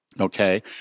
okay